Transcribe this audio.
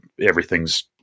everything's